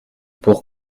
pour